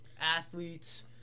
athletes